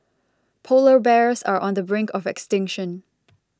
Polar Bears are on the brink of extinction